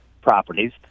properties